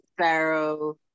Sparrow